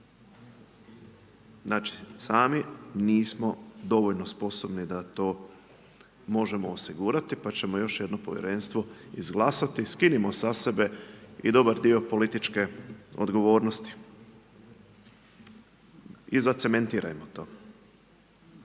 Znači sami nismo dovoljno sposobni da to možemo osigurati pa ćemo još jedno povjerenstvo izglasati. Skinimo sa sebe i dobar dio političke odgovornosti i zacementirajmo to.